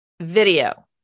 video